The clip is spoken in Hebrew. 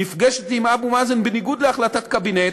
נפגשת עם אבו מאזן בניגוד להחלטת קבינט,